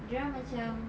dorang macam